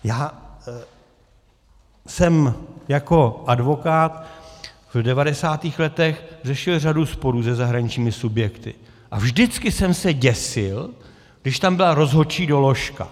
Já jsem jako advokát v 90. letech řešil řadu sporů se zahraničními subjekty a vždycky jsem se děsil, když tam byla rozhodčí doložka.